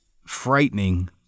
frightening